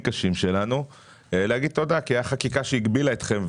קשים שלנו תודה כי הייתה חקיקה שהגבילה אתכם.